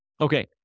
Okay